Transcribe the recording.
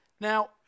Now